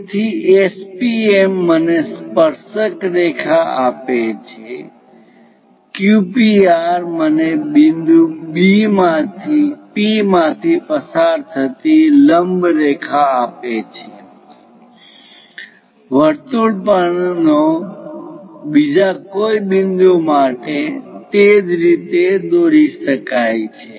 તેથી SPM મને સ્પર્શક રેખા આપે છે QPR મને બિંદુ P માંથી પસાર થતી લંબ રેખા આપે છે વર્તુળ પર નો બીજા કોઈ બિંદુ માટે તે જ રીતે દોરી શકાય છે